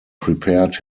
prepared